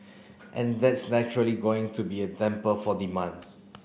and that's naturally going to be a damper for demand